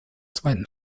zweiten